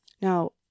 now